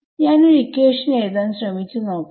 ഞാൻ ഒരു ഇക്വേഷൻ എഴുതാൻ ശ്രമിച്ചു നോക്കാം